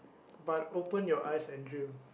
but open your eyes and dream